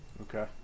Okay